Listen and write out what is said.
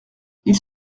ils